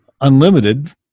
unlimited